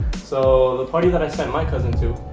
so the party that i sent my cousin to,